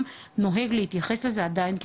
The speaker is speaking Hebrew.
רק